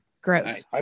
Gross